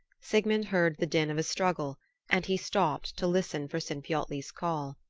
sigmund heard the din of a struggle and he stopped to listen for sinfiotli's call.